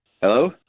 Hello